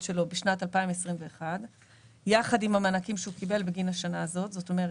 שלו בשנת 2021 יחד עם המענקים שהוא קיבל בגין השנה הזאת זאת אומרת,